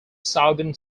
southern